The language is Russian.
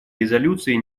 резолюции